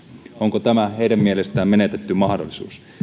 onko tämä heidän mielestään menetetty mahdollisuus tai